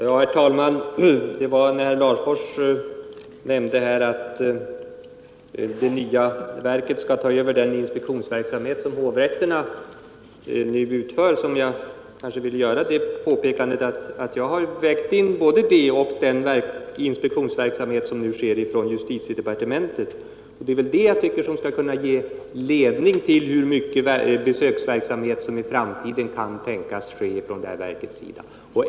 Herr talman! Herr Larfors nämnde att det nya verket skall ta över den inspektionsverksamhet som hovrätterna nu bedriver. Jag vill då påpeka att jag i min värdering av omfattningen av denna i framtiden har vägt in både det och den inspektionsverksamhet som nu bedrivs från justitiedepartementet. Det bör kunna ge ledning när det gäller att beräkna hur omfattande besöksverksamheten i framtiden från det nya verkets sida kan tänkas bli.